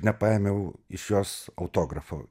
nepaėmiau iš jos autografo